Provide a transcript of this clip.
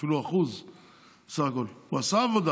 אפילו לא של 1%. הוא עשה עבודה,